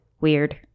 Weird